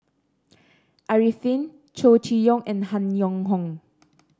Arifin Chow Chee Yong and Han Yong Hong